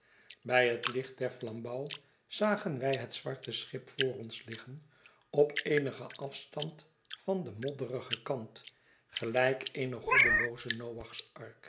bij het licht derflambouw zagen wij hetzwarte schip voor ons liggen op eenigen afstand van den modderigen kant gelijk eene